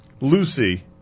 Lucy